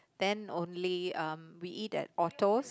then only um we eat at Orto's